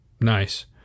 Nice